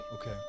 okay